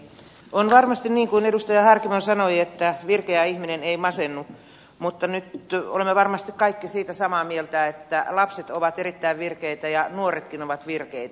on varmasti niin kuin edustaja harkimo sanoi että virkeä ihminen ei masennu mutta nyt olemme varmasti kaikki siitä samaa mieltä että lapset ovat erittäin virkeitä ja nuoretkin ovat virkeitä